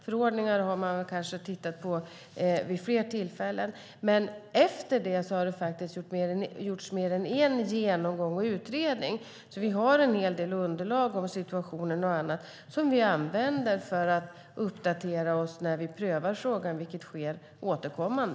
Förordningar har man kanske tittat på vid fler tillfällen. Men efter det har det faktiskt gjorts mer än en genomgång och utredning, så vi har en hel del underlag om situationen och annat som vi använder för att uppdatera oss när vi prövar frågan, vilket sker återkommande.